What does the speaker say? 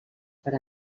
per